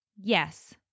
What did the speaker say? Yes